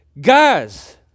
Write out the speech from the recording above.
Guys